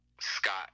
Scott